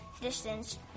distance